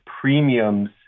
premiums